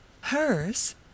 Hers